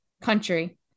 country